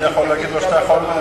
תגיד כמה אתה מעריך אותי,